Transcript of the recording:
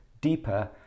deeper